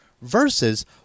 versus